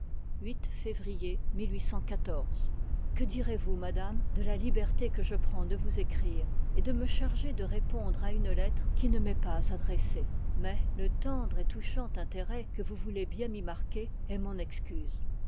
février que dirz vous madame de la liberté que je prends de vous écrire et de me charger de répondre à une lettre qui ne y m'est pas adressée mais le tendre et touchant intérêt que vous voulez bien m'y tpart marquer est mon excuse